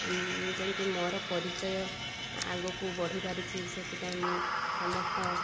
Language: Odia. ଯେମିତି ମୋର ପରିଚୟ ଆଗକୁ ବଢ଼ିପାରିଛି ସେଥିପାଇଁ ମୁଁ ସମସ୍ତ